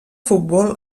futbol